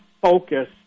focus